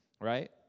right